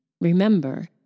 remember